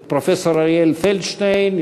את פרופסור אריאל פלדשטיין,